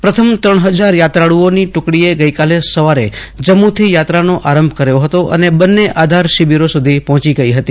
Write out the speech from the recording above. પ્રથમ ત્રણ હજાર યાત્રાળુ ઓની ટુકડીએ ગઈકાલે સવારે જમ્મુથી યાત્રાનો આરંભ કર્યો હતો અને બંને આધાર શિબિરો સુધી પહોંચી ગઈ હતી